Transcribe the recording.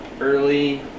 early